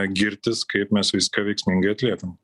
girtis kaip mes viską veiksmingai atliekam